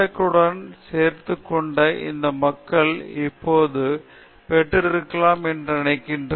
னுடன் என்னுடன் சேர்ந்து கொண்ட இந்த மக்கள் இப்போது அவர்கள் பட்டம் பெற்றிருக்கலாம் என நினைக்கிறேன்